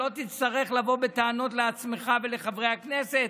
שלא תצטרך לבוא בטענות לעצמך ולחברי הכנסת,